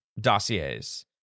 dossiers